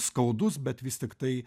skaudus bet vis tiktai